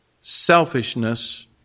selfishness